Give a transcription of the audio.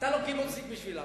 אתה לא קיבוצניק בשבילם.